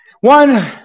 one